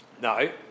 no